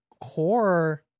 Core